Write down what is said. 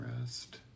rest